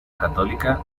católica